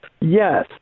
Yes